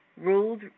rules